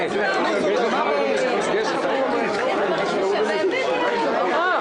הוצאות חירום אזרחיות.